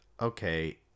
okay